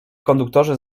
konduktorzy